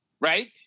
right